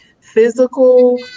physical